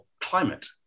climate